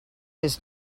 his